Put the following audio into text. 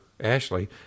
Ashley